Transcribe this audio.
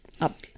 up